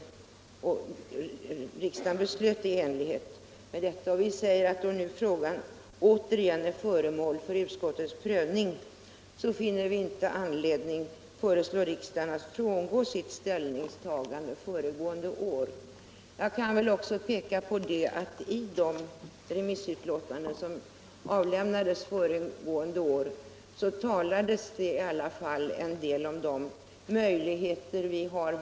Riksdagen beslöt i enlighet med reservationen. Då frågan nu åter är föremål för utskottets prövning finner utskottet inte anledning föreslå riksdagen att frångå sitt ställningstagande föregående år.” Låt mig också framhålla att i de remissyttranden som avgavs föregående år talades det i alla fall en del om de möjligheter vi har.